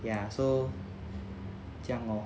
ya so 这样 lor